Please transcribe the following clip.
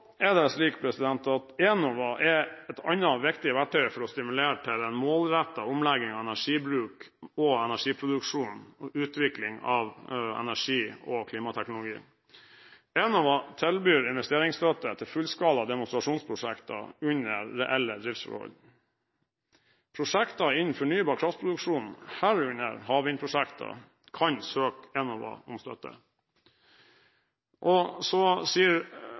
er det slik at Enova er et annet viktig verktøy for å stimulere til en målrettet omlegging av energibruk og energiproduksjon og utvikling av energi- og klimateknologi. Enova tilbyr investeringsstøtte til fullskala demonstrasjonsprosjekter under reelle driftsforhold. Prosjekter innenfor fornybar kraftproduksjon, herunder havvindprosjekter, kan søke Enova om støtte. Så